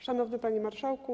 Szanowny Panie Marszałku!